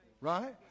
right